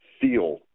feel